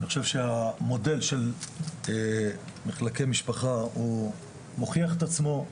אני חושב שהמודל של מחלקי משפחה הוא מוכיח את עצמו,